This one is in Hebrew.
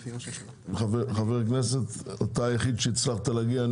חבר הכנסת, אתה היחיד שהצלחת להגיע.